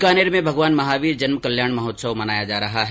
बीकानेर में भगवान महावीर जन्म कल्याणक महोत्सव मनाया जा रहा है